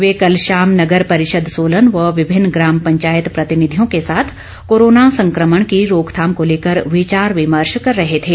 वे कल शाम नगर परिषद सोलन व विभिन्न ग्राम पंचायत प्रतिनिधियों के साथ कोरोना संक्रमण की रोकथाम को लेकर विचार विमर्श कर रहे थे